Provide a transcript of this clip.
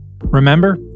Remember